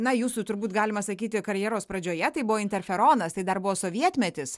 na jūsų turbūt galima sakyti karjeros pradžioje tai buvo interferonas tai dar buvo sovietmetis